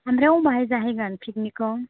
ओमफ्राय बबेहाय जाहैगोन पिकनिकखौ